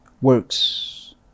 works